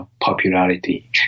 popularity